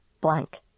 blank